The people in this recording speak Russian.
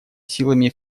силами